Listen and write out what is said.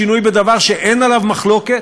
שינוי בדבר שאין עליו מחלוקת,